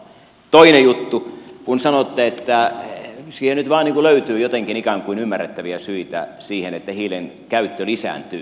toinen juttu kun sanotte että siihen nyt vain löytyy jotenkin ikään kuin ymmärrettäviä syitä että hiilen käyttö lisääntyy